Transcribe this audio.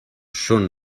són